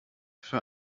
für